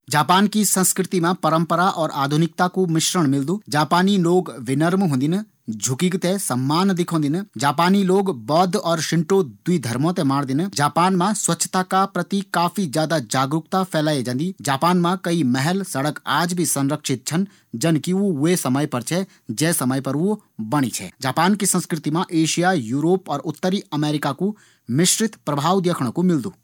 जापान की संस्कृति मा पारंपरिकता और आधुनिकता कू मिश्रण मिलदू। जापान का लोग विनम्र होंदिन। झुकिक थें सम्मान दिखोदिन। जापानी लोग बौद्ध और सिंटो दुइ धर्मों थें माणदिन। जापान मा स्वच्छता का प्रति काफ़ी जागरूकता फैलाये जांदी। जापान मा कई महल, सड़क आज भी संरक्षित छन। जन की वू वै समय पर छै, जै समय पर वू बणी छै। जापान की संस्कृति मा एशिया, यूरोप और उत्तरी अमेरिका कू मिश्रित प्रभाव देखणा कू मिलदू।